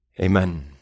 Amen